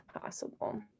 possible